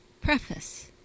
Preface